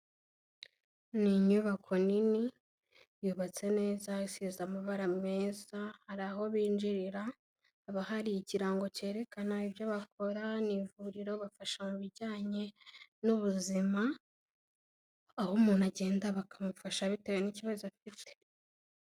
Ni inyubako nini, yubatse neza, isize amabara meza, hari aho binjirira, haba hari ikirango cyerekana ibyo bakora, ni ivuriro, bafasha mu bijyanye n'ubuzima, aho umuntu agenda bakamufasha bitewe n'ikibazo afite.